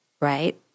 right